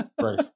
Right